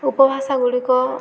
ଉପଭାଷା ଗୁଡ଼ିକ